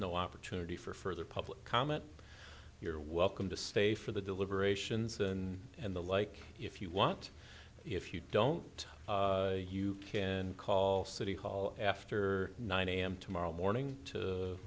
no opportunity for further public comment you're welcome to stay for the deliberations and and the like if you want if you don't you can call city hall after nine a m tomorrow morning to